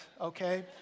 okay